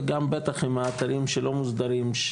ובטח אם אתרים שלא מוסדרים,